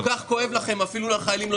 תגיד משהו על חיילים והחוצה.